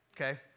okay